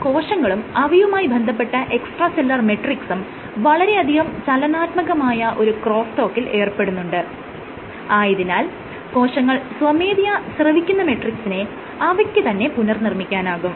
ഇതിലൂടെ കോശങ്ങളും അവയുമായി ബന്ധപ്പെട്ട എക്സ്ട്രാ സെല്ലുലാർ മെട്രിക്സും വളരെയധികം ചലനാത്മകമായ ഒരു ക്രോസ്സ് ടോക്കിൽ ഏർപെടുന്നുണ്ട് ആയതിനാൽ കോശങ്ങൾ സ്വമേധയാ സ്രവിക്കുന്ന മെട്രിക്സിനെ അവയ്ക്ക് തന്നെ പുനർനിർമ്മിക്കാനാകും